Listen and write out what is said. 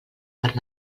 per